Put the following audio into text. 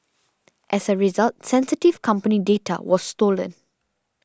as a result sensitive company data was stolen